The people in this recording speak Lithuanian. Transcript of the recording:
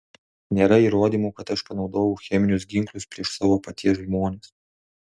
nėra įrodymų kad aš panaudojau cheminius ginklus prieš savo paties žmones